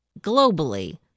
globally